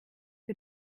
für